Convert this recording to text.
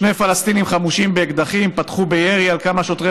שני פלסטינים חמושים באקדחים פתחו בירי על כמה שוטרי